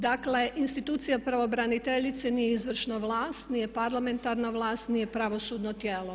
Dakle, institucija pravobraniteljice nije izvršna vlast, nije parlamentarna vlast, nije pravosudno tijelo.